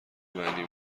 معنی